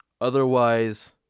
Otherwise